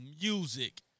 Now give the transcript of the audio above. music